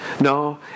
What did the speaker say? No